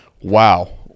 Wow